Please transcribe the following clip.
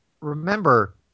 remember